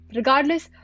regardless